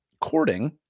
courting